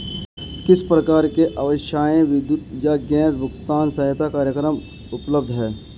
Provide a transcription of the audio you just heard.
किस प्रकार के आवासीय विद्युत या गैस भुगतान सहायता कार्यक्रम उपलब्ध हैं?